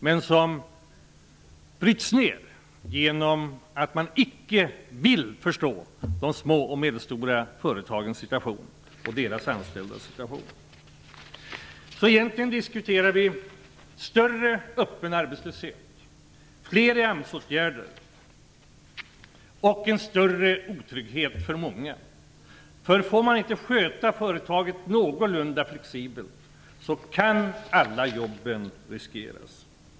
Den bryts ner genom att man icke vill förstå situationen för de små och medelstora företagen och dess anställda. Egentligen diskuterar vi skapandet av en större öppen arbetslöshet, flera personer i AMS-åtgärder och en större otrygghet för många. Om man inte får sköta ett företag någorlunda flexibelt kan alla jobb riskeras.